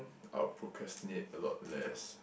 I will procrastinate a lot less